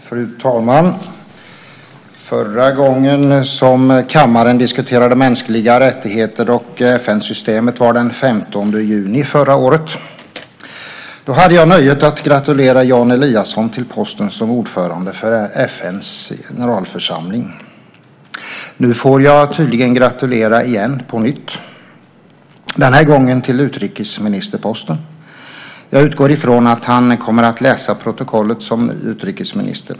Fru talman! Förra gången som kammaren diskuterade mänskliga rättigheter och FN-systemet var den 15 juni förra året. Då hade jag nöjet att gratulera Jan Eliasson till posten som ordförande för FN:s generalförsamling. Nu får jag tydligen gratulera på nytt, denna gång till utrikesministerposten. Jag utgår ifrån att han kommer att läsa protokollet som utrikesminister.